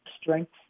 strength